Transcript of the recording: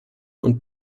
und